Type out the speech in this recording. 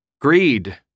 greed